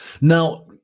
Now